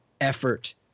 effort